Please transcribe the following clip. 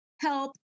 help